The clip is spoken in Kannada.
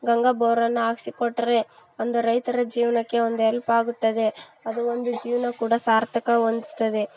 ಗಂಗ ಬೋರನ್ನು ಹಾಕಿಸಿ ಕೊಟ್ಟರೆ ಒಂದು ರೈತರ ಜೀವನಕ್ಕೆ ಒಂದು ಎಲ್ಪ್ ಆಗುತ್ತದೆ ಅದು ಒಂದು ಜೀವನ ಕೂಡ ಸಾರ್ಥಕ ಹೊಂದ್ತದೆ